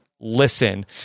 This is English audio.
listen